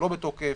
לא בתוקף.